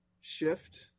shift